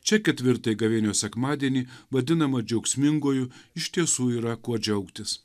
čia ketvirtąjį gavėnios sekmadienį vadinamą džiaugsminguoju iš tiesų yra kuo džiaugtis